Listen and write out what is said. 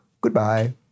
Goodbye